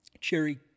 cherry